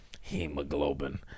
Hemoglobin